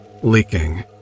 leaking